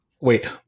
Wait